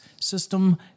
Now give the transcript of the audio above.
System